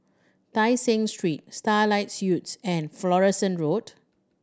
Tai Seng Street Starlight Suites and Florence Road